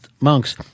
monks